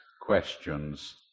questions